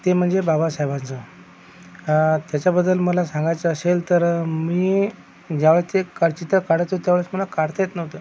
ते म्हणजे बाबासाहेबांचं त्याच्याबद्दल मला सांगायचं असेल तर मी ज्यावेळेस ते काढ चित्र काढायचो त्यावेळेस मला ते काढता येत नव्हतं